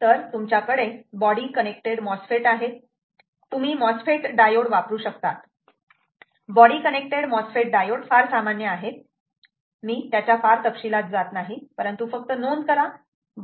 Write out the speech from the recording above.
तर तुमच्याकडे body connected MOSFET आहेत तुम्ही MOSFET डायोड वापरू शकतात बॉडी कनेक्टेड MOSFET डायोड फार सामान्य आहेत मी त्याच्या तपशिलात जात नाही परंतु फक्त नोंद करा